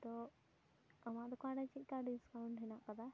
ᱟᱫᱚ ᱟᱢᱟᱜ ᱫᱚᱠᱟᱱ ᱨᱮ ᱪᱮᱫ ᱞᱮᱠᱟ ᱰᱤᱥᱠᱟᱣᱩᱱᱴ ᱢᱮᱱᱟᱜ ᱟᱠᱟᱫᱟ